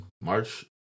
March